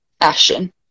ashen